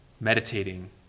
meditating